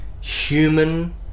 human